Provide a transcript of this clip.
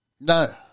No